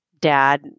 dad